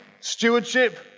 stewardship